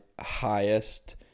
highest